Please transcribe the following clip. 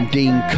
Dean